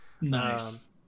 Nice